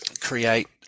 create